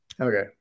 Okay